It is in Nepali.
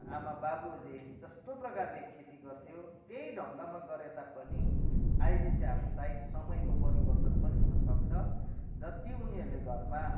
आमा बाबुहरूले जस्तो प्रकारले खेती गर्थ्यो त्यै ढङ्गमा गरे तापनि अहिले चाहिँ अब सायद समयको परिवर्तन पनि हुन सक्छ जत्ति उनीहरूले घरमा